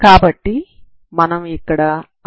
కాబట్టి మనం ఇక్కడ అదే పని చేస్తాము